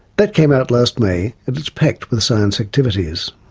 that came out last may, and it's packed with science activities.